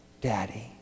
Daddy